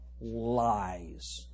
lies